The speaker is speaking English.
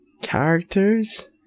Characters